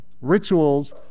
Rituals